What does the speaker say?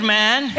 man